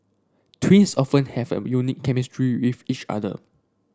twins often have a unique chemistry with each other